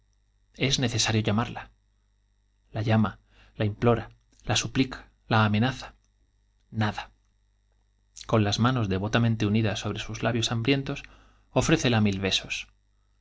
es nece sario llamarla la llama la la la implora suplica amenaza j nada con las manos devotamente unidas sobre labios ofrécela sus hambrientos mil besos